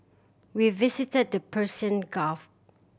we visited the Persian Gulf